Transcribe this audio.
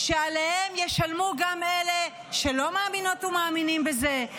שעליהם ישלמו גם אלה שלא מאמינות ומאמינים בזה,